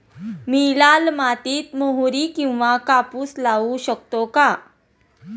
मी लाल मातीत मोहरी किंवा कापूस लावू शकतो का?